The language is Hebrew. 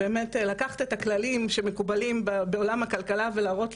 לקחת את הכללים שמקובלים בעולם הכלכלה ולהראות,